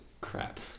crap